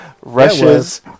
Rushes